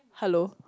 hello